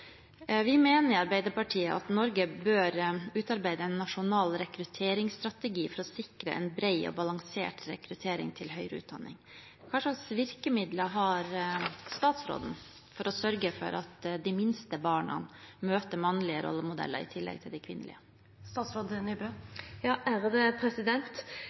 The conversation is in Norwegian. mener at Norge bør utarbeide en nasjonal rekrutteringsstrategi for å sikre en bred og balansert rekruttering til høyere utdanning. Hva slags virkemidler har statsråden for å sørge for at de minste barna møter mannlige rollemodeller i tillegg til de kvinnelige?